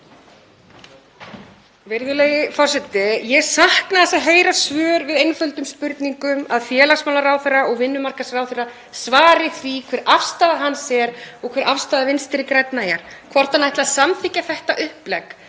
Virðulegi forseti. Ég sakna þess að heyra svör við einföldum spurningum, að félags- og vinnumarkaðsráðherra svari því hver afstaða hans er og hver afstaða Vinstri grænna er, hvort hann ætli að samþykkja þetta upplegg.